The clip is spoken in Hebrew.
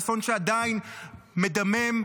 אסון שעדיין מדמם,